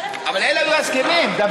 אבל אלה היו ההסכמים, דוד.